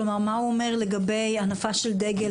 כלומר מה הוא אומר לגבי הנפה של דגל